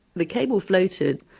the cable floated.